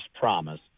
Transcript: promise